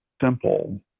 simple